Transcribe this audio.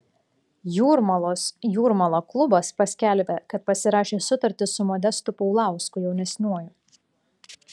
jūrmalos jūrmala klubas paskelbė kad pasirašė sutartį su modestu paulausku jaunesniuoju